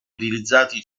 utilizzati